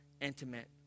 intimate